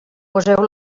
poseu